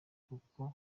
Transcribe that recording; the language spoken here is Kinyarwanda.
kuko